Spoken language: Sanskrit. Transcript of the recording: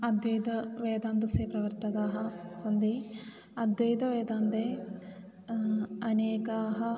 अद्वैतवेदान्तस्य प्रवर्तकाः सन्ति अद्वैतवेदान्ते अनेके